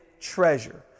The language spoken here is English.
treasure